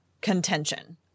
contention